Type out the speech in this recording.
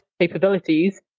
capabilities